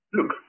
Look